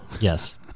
yes